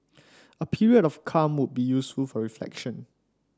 a period of calm would be useful for reflection